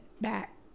back